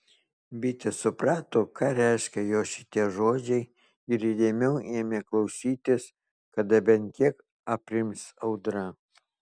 bitė suprato ką reiškia jos šitie žodžiai ir įdėmiau ėmė klausytis kada bent kiek aprims audra